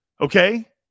Okay